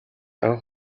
анх